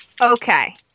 Okay